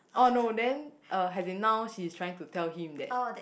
oh no then uh as in now she's trying to tell him that